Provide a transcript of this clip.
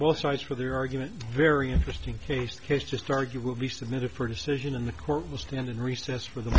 both sides for their argument very interesting case the case just argued will be submitted for decision in the court will stand in recess for the